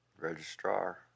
registrar